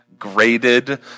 graded